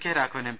K Raghavan M